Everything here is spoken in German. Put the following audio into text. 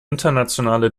internationale